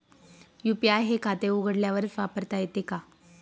UPI हे खाते उघडल्यावरच वापरता येते का?